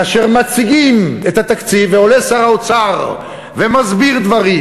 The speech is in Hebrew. כאשר מציגים את התקציב ועולה שר האוצר ומסביר דברים,